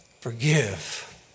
Forgive